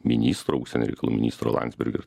ministro užsienio reikalų ministro landsbergio